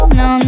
no